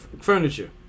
furniture